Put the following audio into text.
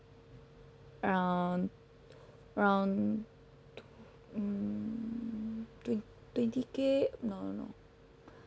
um around twen~ twenty K err